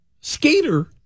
skater